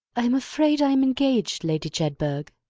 i am afraid i am engaged, lady jedburgh.